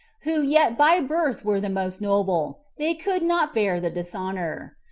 who yet by birth were the most noble, they could not bear the dishonor.